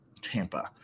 Tampa